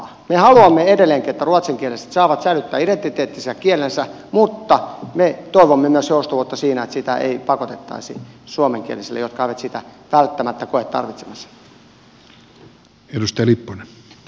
me haluamme edelleenkin että ruotsinkieliset saavat säilyttää identiteettinsä ja kielensä mutta me toivomme myös joustavuutta siinä että sitä ei pakotettaisi suomenkielisille jotka eivät sitä välttämättä koe tarvitsevansa